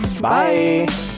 Bye